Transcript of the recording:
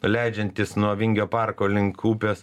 leidžiantis nuo vingio parko link upės